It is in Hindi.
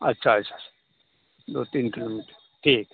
अच्छा अच्छा दो तीन किलोमीटर ठीक